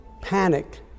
panic